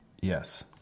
Yes